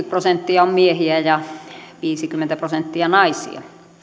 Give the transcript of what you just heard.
prosenttia on miehiä ja viisikymmentä prosenttia naisia